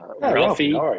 Ralphie